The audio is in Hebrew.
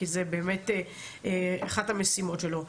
כי זה באמת אחת המשימות שלו.